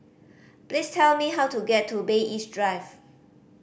please tell me how to get to Bay East Drive